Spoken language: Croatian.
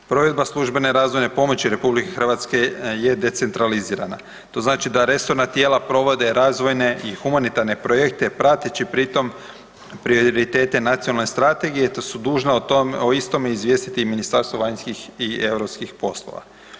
Provedbe službene razvojne pomoći RH je decentralizirana, to znači da resorna tijela provode razvojne i humanitarne projekte prateći pri tom prioritete nacionalne strategije, te su dužna o istom izvijestiti Ministarstvo vanjskih i europskih poslova.